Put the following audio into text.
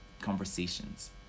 conversations